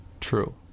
True